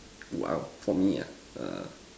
!wow! for me ah err